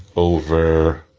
over